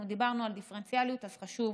אנחנו דיברנו על דיפרנציאליות, אז חשוב